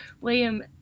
william